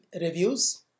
reviews